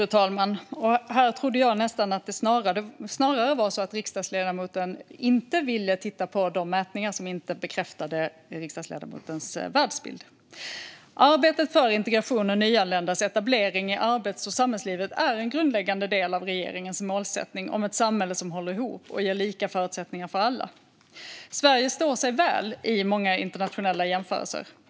Fru talman! Jag trodde nästan att det snarare var så att riksdagsledamoten inte vill titta på de mätningar som inte bekräftar hans världsbild. Arbetet för integration och nyanländas etablering i arbets och samhällslivet är en grundläggande del av regeringens målsättning om ett samhälle som håller ihop och ger lika förutsättningar för alla. Sverige står sig väl i många internationella jämförelser.